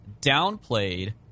downplayed